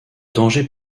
danger